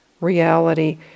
reality